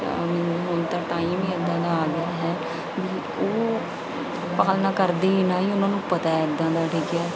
means ਹੁਣ ਤਾਂ time ਹੀ ਇੱਦਾਂ ਦਾ ਆ ਗਿਆ ਹੈ ਵੀ ਉਹ ਪਾਲਣਾ ਕਰਦੇ ਹੀ ਨਾ ਹੀ ਉਹਨਾਂ ਨੂੰ ਪਤਾ ਇੱਦਾਂ ਦਾ ਠੀਕ ਹੈ